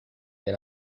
been